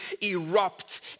erupt